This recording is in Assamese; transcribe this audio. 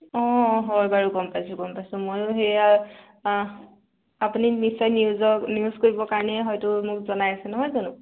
অ হয় বাৰু গম পাইছোঁ গম পাইছোঁ মইও সেইয়া আপুনি নিশ্চয় নিউজৰ নিউজ কৰিবৰ কাৰণেই হয়তো মোক জনাইছে নহয় জানো